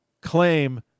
claim